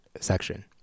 section